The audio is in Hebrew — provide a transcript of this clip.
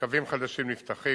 קווים חדשים נפתחים,